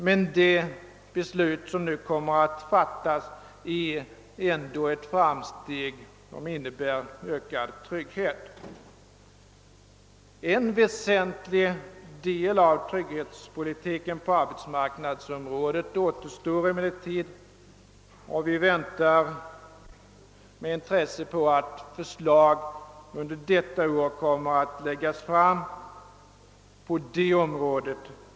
Men det beslut som nu kommer att fattas är ändå ett framsteg och innebär ökad trygghet. En väsentlig del av trygghetspolitiken på <:arbetsmarknadsområdet återstår emellertid, och vi väntar med intresse på att förslag under detta år kommer att läggas fram på det området.